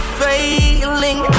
failing